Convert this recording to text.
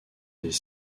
des